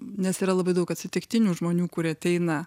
nes yra labai daug atsitiktinių žmonių kurie ateina